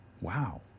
Wow